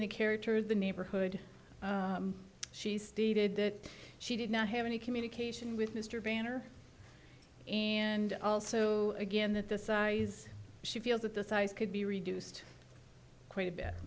and character of the neighborhood she stated that she did not have any communication with mr banner and also again that the size she feels that the size could be reduced quite a